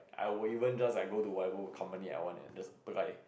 I will even just like go to whatever company I want and just apply